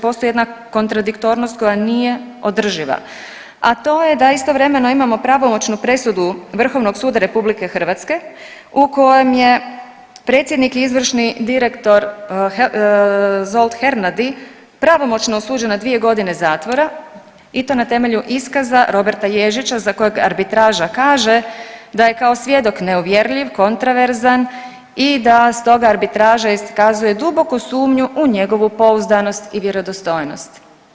Postoji jedna kontradiktornost koja nije održiva, a to je da istovremeno imamo pravomoćnu presudu Vrhovnog suda Republike Hrvatske u kojoj je predsjednik i izvršni direktor Zsolt Hernadi pravomoćno osuđen na dvije godine zatvora i to na temelju iskaza Roberta Ježića za kojeg arbitraža kaže da je kao svjedok neuvjerljiv, kontraverzan i da stoga arbitraža iskazuje duboku sumnju u njegovu pouzdanost i vjerodostojnost.